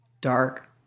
Dark